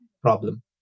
problem